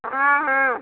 हाँ हाँ